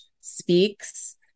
speaks